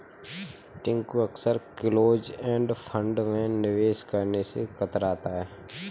टिंकू अक्सर close end fund में निवेश करने से कतराता है